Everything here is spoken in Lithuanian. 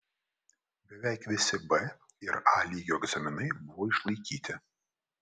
beveik visi b ir a lygio egzaminai buvo išlaikyti